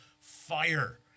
fire